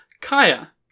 Kaya